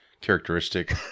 characteristic